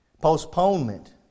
postponement